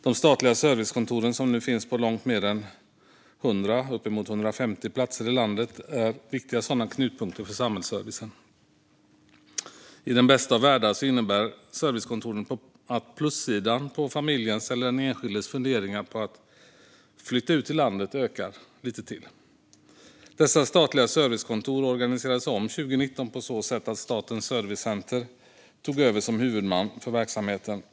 De statliga servicekontoren som nu finns på 100-150 platser i landet är viktiga sådana knutpunkter för samhällsservice. I den bästa av världar innebär servicekontoren att plussidan på familjens eller den enskildes funderingar kring att flytta ut på landet ökar lite till. Dessa statliga servicekontor organiserades om 2019 på så sätt att Statens servicecenter tog över som huvudman för verksamheten.